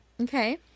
Okay